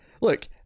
look